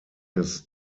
his